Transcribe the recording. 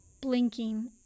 Blinking